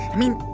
i mean,